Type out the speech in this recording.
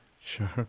sure